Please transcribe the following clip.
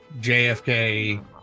JFK